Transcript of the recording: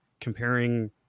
comparing